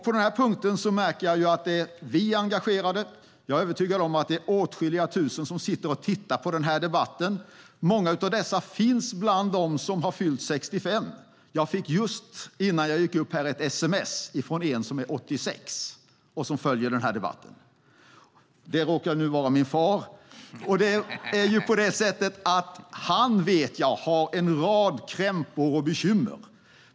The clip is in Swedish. På den här punkten märker jag att vi är engagerade. Jag är övertygad om att det är åtskilliga tusen som sitter och tittar på den här debatten. Många av dessa finns bland dem som har fyllt 65 år. Jag fick just, innan jag gick upp här, ett sms från en som är 86 år och som följer den här debatten. Det råkar vara min far. Jag vet att han har en rad krämpor och bekymmer.